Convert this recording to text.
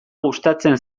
gustatzen